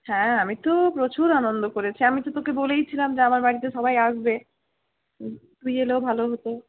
হ্যাঁ আমি তো প্রচুর আনন্দ করেছি আমি তো তোকে বলেইছিলাম যে আমার বাড়িতে সবাই আসবে তুই এলেও ভালো হত